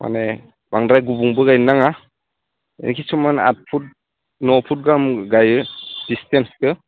माने बांद्राय गुबुंबो गायनो नाङा एखे समाव आठ फुट न' फुट गाहाम गायो डिस्टेन्सखो